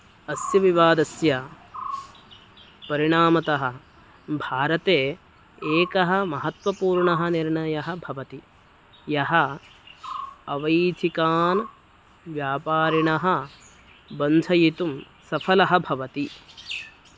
अस्य विवादस्य परिणामतः भारते एकः महत्त्वपूर्णः निर्णयः भवति यः अवैधिकान् व्यापारिणां बन्धयितुं सफलः भवति